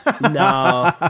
No